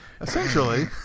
Essentially